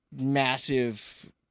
massive